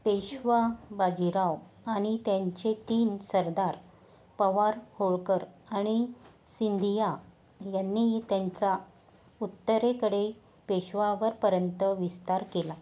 पेशवा बाजीराव आणि त्यांचे तीन सरदार पवार होळकर आणि सिंधिया यांनीही त्यांचा उत्तरेकडे पेशवावरपर्यंत विस्तार केला